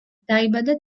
დაიბადა